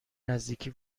نزدیکی